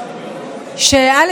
א.